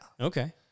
Okay